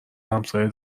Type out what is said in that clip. همسایه